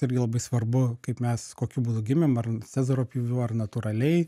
irgi labai svarbu kaip mes kokiu būdu gimėm ar cezario pjūviu ar natūraliai